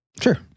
Sure